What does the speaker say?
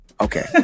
Okay